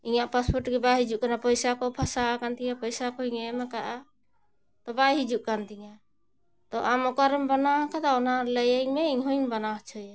ᱤᱧᱟᱹᱜ ᱯᱟᱥᱯᱳᱨᱴ ᱜᱮ ᱵᱟᱭ ᱦᱤᱡᱩᱜ ᱠᱟᱱᱟ ᱯᱚᱭᱥᱟ ᱠᱚ ᱯᱷᱟᱥᱟᱣ ᱟᱠᱟᱱ ᱛᱤᱧᱟᱹ ᱯᱚᱭᱥᱟ ᱠᱚᱧ ᱮᱢ ᱠᱟᱜᱼᱟ ᱛᱚ ᱵᱟᱭ ᱦᱤᱡᱩᱜ ᱠᱟᱱ ᱛᱤᱧᱟᱹ ᱛᱚ ᱟᱢ ᱚᱠᱟᱨᱮᱢ ᱵᱮᱱᱟᱣ ᱠᱟᱫᱟ ᱚᱱᱟ ᱞᱟᱹᱭᱟᱹᱧ ᱢᱮ ᱤᱧ ᱦᱚᱧ ᱵᱮᱱᱟᱣ ᱦᱚᱪᱚᱭᱟ